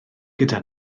gyda